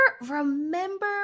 remember